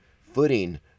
footing